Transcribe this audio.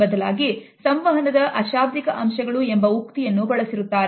ಬದಲಾಗಿ ಸಂವಹನದ ಅಶಾಬ್ದಿಕ ಅಂಶಗಳು ಎಂಬ ಉಕ್ತಿಯನ್ನು ಬಳಸಿರುತ್ತಾರೆ